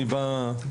אני בא מחינוך,